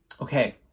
Okay